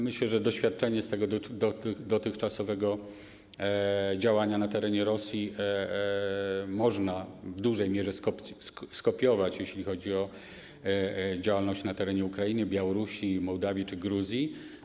Myślę, że doświadczenie z dotychczasowego działania na terenie Rosji można w dużej mierze skopiować, jeśli chodzi o działalność na terenie Ukrainy, Białorusi, Mołdawii czy Gruzji.